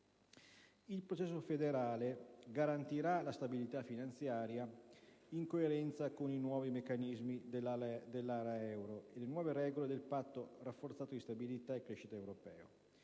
Il processo federale garantirà la stabilità finanziaria in coerenza con i nuovi meccanismi dell'area euro e le nuove regole del patto rafforzato di stabilità e crescita europeo.